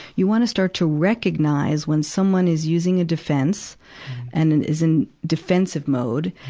you wanna start to recognize when someone is using a defense and in, is in defensive mode,